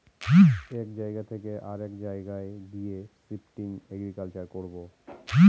এক জায়গা থকে অরেক জায়গায় গিয়ে শিফটিং এগ্রিকালচার করবো